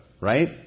Right